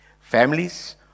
Families